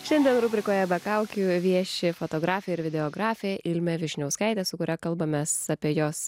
šiandien rubrikoje be kaukių vieši fotografė ir videografė ilmė vyšniauskaitė su kuria kalbamės apie jos